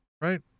right